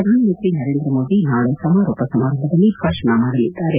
ಪ್ರಧಾನಮಂತ್ರಿ ನರೇಂದ್ರಮೋದಿ ನಾಳೆ ಸಮಾರೋಪ ಸಮಾರಂಭದಲ್ಲಿ ಭಾಷಣ ಮಾಡಲಿದ್ದಾರೆ